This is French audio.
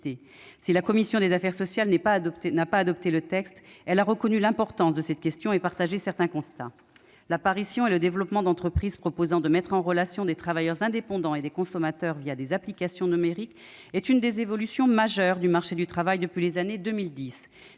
Si la commission des affaires sociales n'a pas adopté de texte, elle a reconnu l'importance de cette question et elle a partagé certains constats. L'apparition et le développement d'entreprises proposant de mettre en relation des travailleurs indépendants et des consommateurs des applications numériques représentent l'une des évolutions majeures du marché du travail depuis les années 2010.